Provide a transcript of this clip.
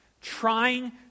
trying